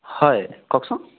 হয় কওকচোন